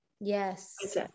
Yes